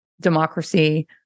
democracy